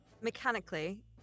Mechanically